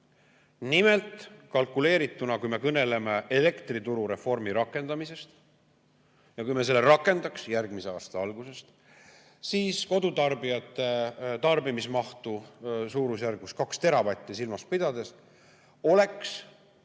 Nimelt, kalkuleerituna, kui me kõneleme elektrituru reformi rakendamisest, siis kui me selle rakendaks järgmise aasta algusest, siis kodutarbijate tarbimismahtu suurusjärgus 2 teravatti silmas pidades oleks